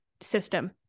system